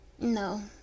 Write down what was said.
No